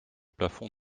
plafond